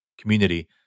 community